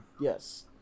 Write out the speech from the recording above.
Yes